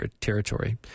territory